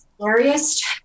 Scariest